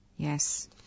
Yes